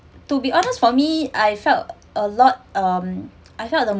to be honest for me I felt a lot um I felt the